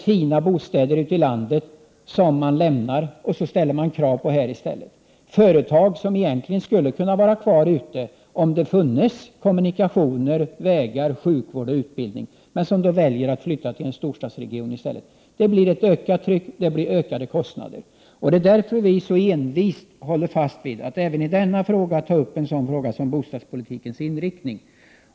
Fina bostäder ute i landet överges, och i stället ökar kraven här. Företag som egentligen skulle kunna vara kvar ute i landet, om det bara funnes kommunikationer, vägar, sjukvård och utbildning där, väljer att flytta till en storstadsregion. Således ökar trycket på denna. Dessutom ökar kostnaderna. Det är därför som vi i centern envisas med att ta upp frågan om bostadspolitikens inriktning.